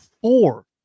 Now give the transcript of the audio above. four